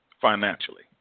financially